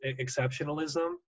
exceptionalism